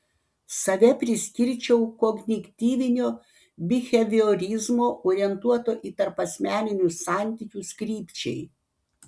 save priskirčiau kognityvinio biheviorizmo orientuoto į tarpasmeninius santykius krypčiai